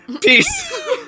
Peace